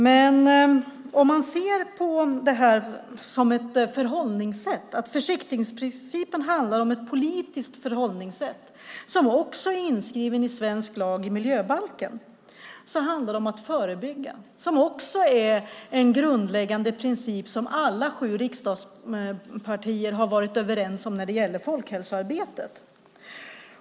Men ser man på försiktighetsprincipen som ett politiskt förhållningssätt - den är inskriven i svensk lag i miljöbalken - handlar den om att förebygga. Det är en grundläggande princip som alla sju riksdagspartier har varit överens om när det gäller folkhälsoarbetet.